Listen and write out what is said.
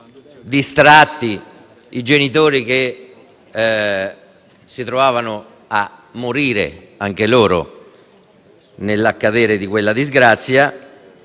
distratti i genitori che si trovavano a morire - anche loro - nel verificarsi di quella disgrazia